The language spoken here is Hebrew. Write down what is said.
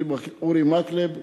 אורי מקלב,